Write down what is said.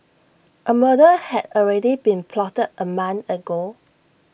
A murder had already been plotted A month ago